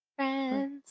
friends